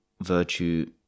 virtue